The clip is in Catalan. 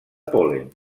pol·len